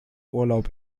urlaub